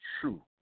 True